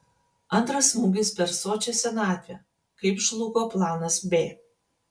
antras smūgis per sočią senatvę kaip žlugo planas b